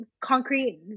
concrete